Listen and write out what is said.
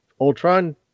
Ultron